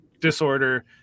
disorder